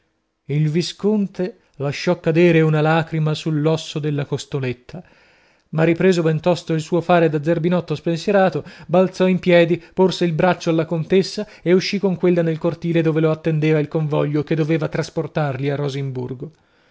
il visconte lasciò cadere una lacrima sull'osso della costoletta ma ripreso bentosto il suo fare da zerbinotto spensierato balzò in piedi porse il braccio alla contessa e uscì con quella nel cortile dove lo attendeva il convoglio che doveva trasportarli a